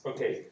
Okay